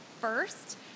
first